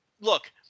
look